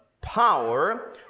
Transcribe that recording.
power